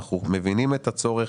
אנחנו מבינים את הצורך.